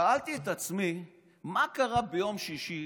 שאלתי את עצמי מה קרה ביום שישי